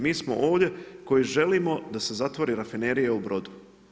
Mi smo ovdje koji želimo da se zatvori rafinerija u Brodu.